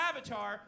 avatar